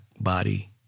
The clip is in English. body